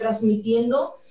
transmitiendo